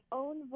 own